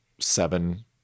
seven